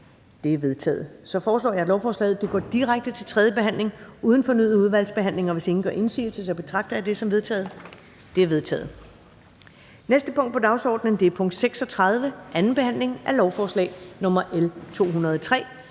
De er vedtaget. Jeg foreslår, at lovforslagene går direkte til tredje behandling uden fornyet udvalgsbehandling. Hvis ingen gør indsigelse, betragter jeg dette som vedtaget. Det er vedtaget. --- Det næste punkt på dagsordenen er: 46) 2. behandling af lovforslag nr. L 191: